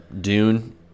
Dune